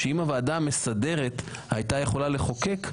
שאם הוועדה המסדרת הייתה יכולה לחוקק,